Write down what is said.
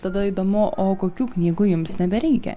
tada įdomu o kokių knygų jums nebereikia